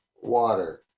water